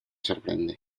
sorprende